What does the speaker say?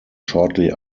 shortly